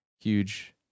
huge